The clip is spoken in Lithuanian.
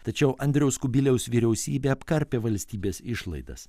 tačiau andriaus kubiliaus vyriausybė apkarpė valstybės išlaidas